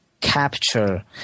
capture